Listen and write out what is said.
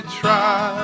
try